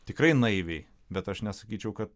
tikrai naiviai bet aš nesakyčiau kad